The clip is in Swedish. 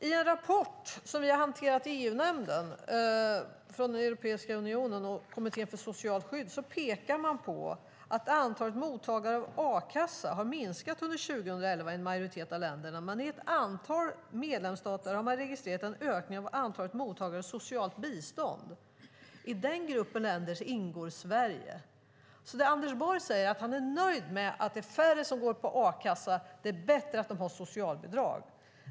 I en rapport som vi har hanterat i EU-nämnden från Europeiska unionen och Kommittén för socialt skydd pekar man på att antalet mottagare av a-kassa har minskat under 2011 i en majoritet av länderna, men i ett antal medlemsstater har man registrerat en ökning av antalet mottagare av socialt bistånd. I den gruppen länder ingår Sverige. Anders Borg säger att han är nöjd med att det är färre som går på a-kassa och att det är bättre att de får socialbidrag.